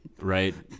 Right